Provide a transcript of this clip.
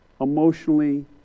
emotionally